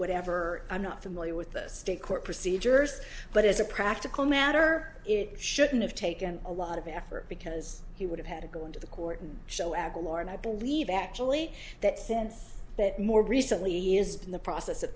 whatever i'm not familiar with the state court procedures but as a practical matter it shouldn't have taken a lot of effort because he would have had to go into the court and show aguilar and i believe actually that since but more recently is in the process of